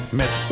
met